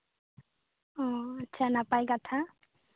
ᱚ ᱟᱪᱪᱷᱟ ᱱᱟᱯᱟᱭ ᱠᱟᱛᱷᱟ